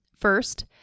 First